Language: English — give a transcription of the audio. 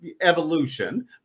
evolution